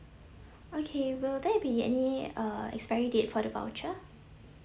okay will there be any uh expiry date for the voucher